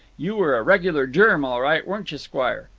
you were a regular germ, all right, weren't you squire?